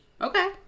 Okay